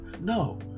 No